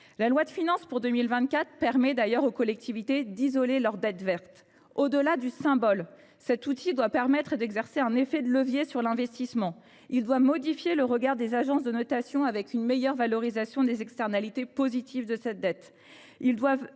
La loi de finances pour 2024 permet d’ailleurs à ces dernières d’isoler leur dette verte. Au delà du symbole, cet outil doit permettre d’exercer un effet de levier sur l’investissement ; il doit modifier le regard des agences de notation avec une meilleure valorisation des externalités positives de cette dette